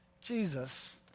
Jesus